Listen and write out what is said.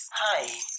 Hi